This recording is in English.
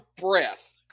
breath